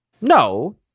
No